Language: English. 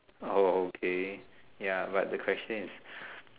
oh okay ya but the question is